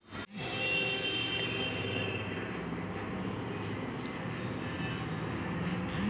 देओनी गाय महीसक संजोग सॅ विकसित कयल गेल अछि